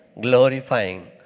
glorifying